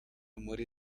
muri